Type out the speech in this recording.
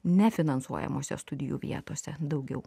nefinansuojamose studijų vietose daugiau